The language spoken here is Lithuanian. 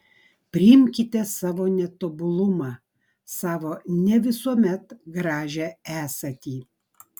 priimkite savo netobulumą savo ne visuomet gražią esatį